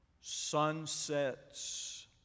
sunsets